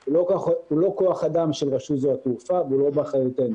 הוא לא כוח אדם של רשות שדות התעופה ולא באחריותנו.